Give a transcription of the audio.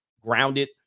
grounded